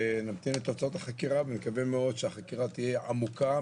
נמתין לתוצאות החקירה ונקווה מאוד שהחקירה תהיה עמוקה,